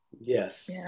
Yes